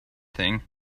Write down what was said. thing